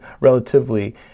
relatively